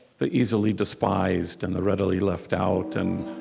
the easily despised and the readily left out, and